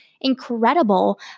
incredible